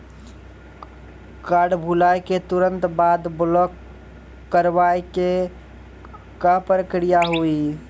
Card भुलाए के तुरंत बाद ब्लॉक करवाए के का प्रक्रिया हुई?